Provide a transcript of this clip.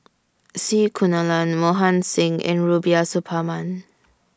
C Kunalan Mohan Singh and Rubiah Suparman